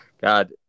God